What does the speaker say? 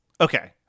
Okay